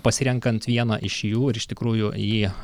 pasirenkant vieną iš jų ir iš tikrųjų jį